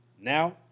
Now